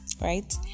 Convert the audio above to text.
right